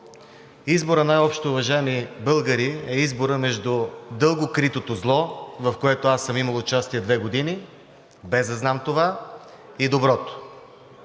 Изборът най-общо, уважаеми българи, е изборът между дълго критото зло, в което аз съм имал участие две години, без да знам това, и доброто.